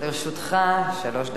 לרשותך שלוש דקות.